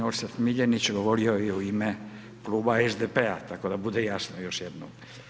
G. Orsat Miljenić govorio je u ime Kluba SDP-a, tako da bude jasno, još jednom.